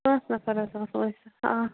پانٛژھ نَفر حظ آسو أسۍ آ